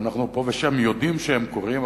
ואנחנו פה ושם יודעים שהם קורים,